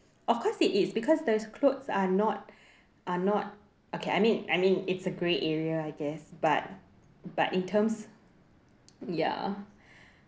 of course it is because those clothes are not are not okay I mean I mean it's a grey area I guess but but in terms ya